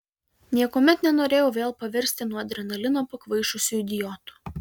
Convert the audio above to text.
niekuomet nenorėjau vėl pavirsti nuo adrenalino pakvaišusiu idiotu